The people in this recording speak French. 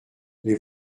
les